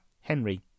Henry